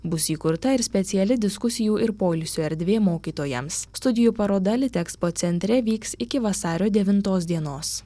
bus įkurta ir speciali diskusijų ir poilsio erdvė mokytojams studijų paroda litexpo centre vyks iki vasario devintos dienos